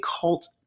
cult